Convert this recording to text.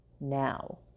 now